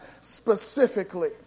specifically